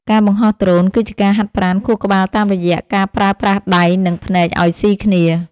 ការបង្ហោះដ្រូនគឺជាការហាត់ប្រាណខួរក្បាលតាមរយៈការប្រើប្រាស់ដៃ និងភ្នែកឱ្យស៊ីគ្នា។